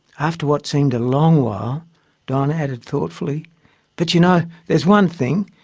after what seemed a long while don added thoughtfully but you know, there's one thing,